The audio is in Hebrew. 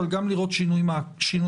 אבל גם לראות שינוי מגמה.